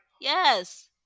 Yes